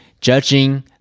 judging